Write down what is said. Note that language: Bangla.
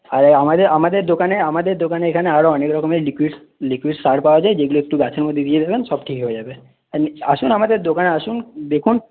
আর আমাদের আমাদের দোকানে আমাদের দোকানে এখানে আরও অনেক রকমের লিকুইড লিকুইড সার পাওয়া যায় যেগুলো একটু গাছের মধ্যে দিয়ে দেবেন সব ঠিক হয়ে যাবে একদিন আসুন আমাদের দোকানে আসুন দেখুন